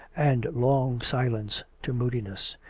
and long silence to moodiness.